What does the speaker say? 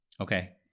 Okay